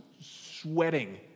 sweating